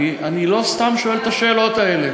אני חושב שהחוק הזה,